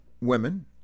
women